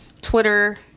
Twitter